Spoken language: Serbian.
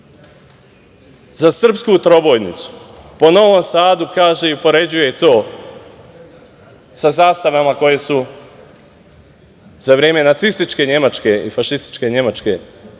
za srpsku trobojku po Novom Sadu kaže i upoređuje to sa zastavama koje su za vreme nacističke Nemačke i fašističke Nemačke i Italije,